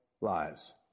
lives